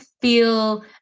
feel